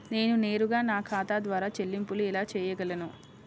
నేను నేరుగా నా ఖాతా ద్వారా చెల్లింపులు ఎలా చేయగలను?